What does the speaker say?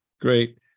Great